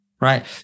Right